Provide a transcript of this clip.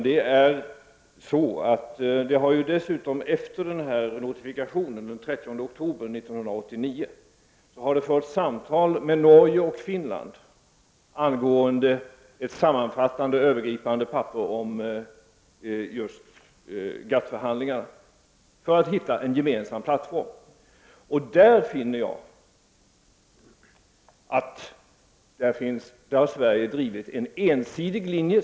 Det har dessutom efter notifikationen, den 30 oktober 1989, förts samtal med Norge och Finland angående ett sammanfattande och övergripande papper om just GATT-förhandlingarna, detta i syfte att hitta en gemensam plattform. Jag menar att Sverige i detta sammanhang har drivit en ensidig linje.